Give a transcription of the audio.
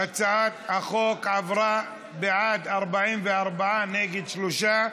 הצעת החוק עברה: בעד, 44, נגד, שלושה.